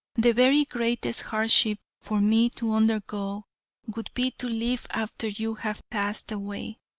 the very greatest hardship for me to undergo would be to live after you have passed away.